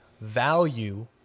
value